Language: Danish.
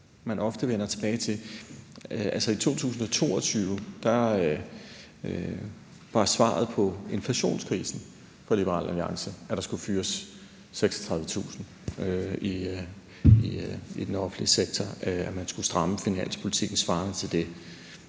man ofte vender tilbage til. Altså, i 2022 var svaret på inflationskrisenfor Liberal Alliances vedkommende, at der skulle fyres 36.000 i den offentlige sektor, altså at man skulle stramme finanspolitikken svarende til det.